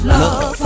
love